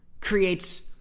creates